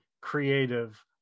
creative